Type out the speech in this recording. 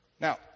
now